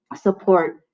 support